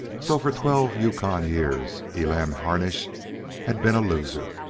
so for twelve yukon years, elam harnish had been a loser.